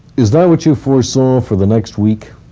is that what you foresaw for the next week?